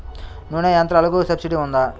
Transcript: నూనె యంత్రాలకు సబ్సిడీ ఉందా?